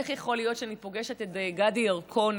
איך יכול להיות שאני פוגשת את גדי ירקוני